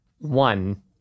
one